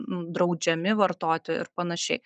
draudžiami vartoti ir panašiai